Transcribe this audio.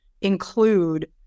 include